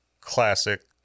classic